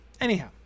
Anyhow